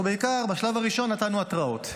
אנחנו בעיקר, בשלב הראשון, נתנו התראות.